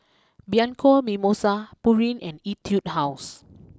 Bianco Mimosa Pureen and Etude house